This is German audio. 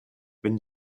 wenn